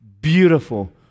beautiful